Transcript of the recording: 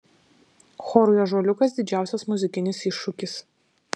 chorui ąžuoliukas didžiausias muzikinis iššūkis